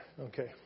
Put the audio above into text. okay